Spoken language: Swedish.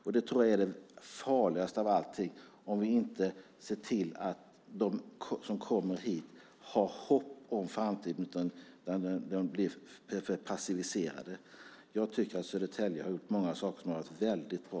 Jag tror att det farligaste av allting är om vi inte ser till att de som kommer hit har hopp om framtiden utan blir passiviserade. Södertälje har gjort många saker som har varit väldigt bra.